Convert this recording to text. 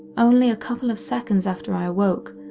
only a couple of seconds after i awoke,